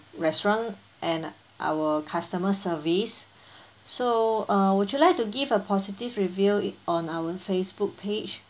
restaurant and our customer service so uh would you like to give a positive review on our Facebook page